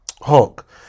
hulk